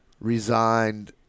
resigned